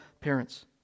parents